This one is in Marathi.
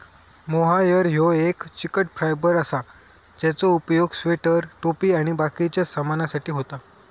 मोहायर ह्यो एक चिकट फायबर असा ज्याचो उपयोग स्वेटर, टोपी आणि बाकिच्या सामानासाठी होता